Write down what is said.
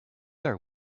are